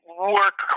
work